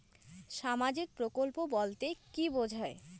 সামাজিক প্রকল্প বলতে কি বোঝায়?